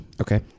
okay